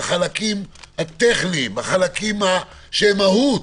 בחלקים הטכניים ובחלקים של מהות.